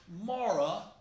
Mara